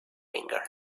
anger